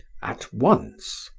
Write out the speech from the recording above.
at once!